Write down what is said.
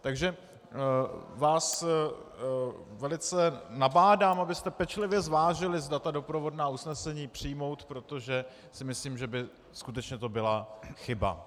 Takže vás velice nabádám, abyste pečlivě zvážili, zda doprovodná usnesení přijmout, protože si myslím, že by skutečně to byla chyba.